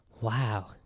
Wow